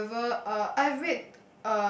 however uh I read